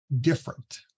different